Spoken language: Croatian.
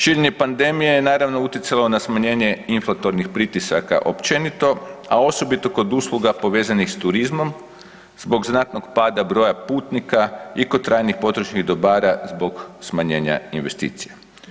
Širenje pandemije je, naravno, utjecalo na smanjenje inflatornih pritisaka općenito, a osobito kod usluga povezanih s turizmom, zbog znatnog pada broja putnika i kod trajnih potrošnih dobara zbog smanjenja investicija.